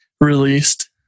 released